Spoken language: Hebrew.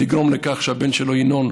לגרום לכך שהבן שלו, ינון,